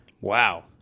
Wow